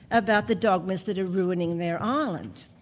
about the dogmas that are ruining their island?